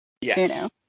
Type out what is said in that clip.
Yes